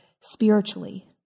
spiritually